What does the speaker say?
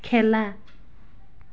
খেলা